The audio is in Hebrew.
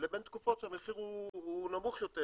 לבין תקופות שהמחיר הוא נמוך יותר